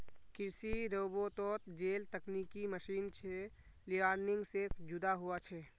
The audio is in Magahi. कृषि रोबोतोत जेल तकनिकी मशीन छे लेअर्निंग से जुदा हुआ छे